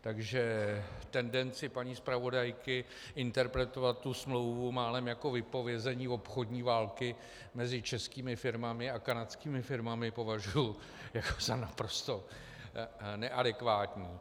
Takže tendenci paní zpravodajky interpretovat tu smlouvu málem jako vypovězení obchodní války mezi českými firmami a kanadskými firmami považuju za naprosto neadekvátní.